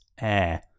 Air